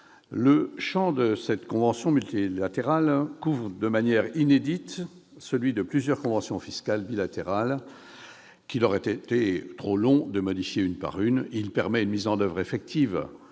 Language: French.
Le champ de cette convention multilatérale couvre, de manière inédite, celui de plusieurs conventions fiscales bilatérales, qu'il aurait été trop long de modifier une par une. Cette convention permet une mise en oeuvre effective